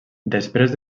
després